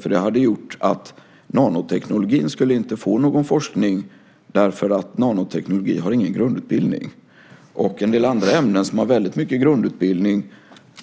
I så fall skulle inte nanoteknologin få någon forskning eftersom nanoteknologin inte har någon grundutbildning. En del andra ämnen som har väldigt mycket grundutbildning